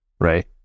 right